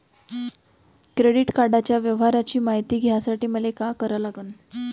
Credit कार्डाच्या व्यवहाराची मायती घ्यासाठी मले का करा लागन?